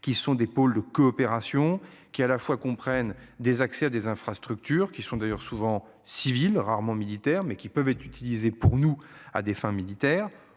qui sont des pôles de coopération qui à la fois qu'on prenne des accès à des infrastructures qui sont d'ailleurs souvent civils rarement militaire mais qui peuvent être utilisées pour nous à des fins militaires,